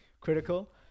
critical